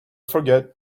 forget